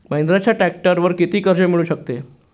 महिंद्राच्या ट्रॅक्टरवर किती कर्ज मिळू शकते?